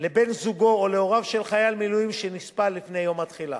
לבן-זוגו או להוריו של חייל מילואים שנספה לפני יום התחילה.